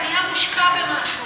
אתה נהיה מושקע במשהו.